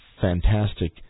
fantastic